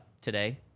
today